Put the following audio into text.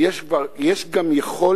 יש גם יכולת,